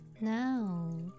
Now